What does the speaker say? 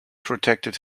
protected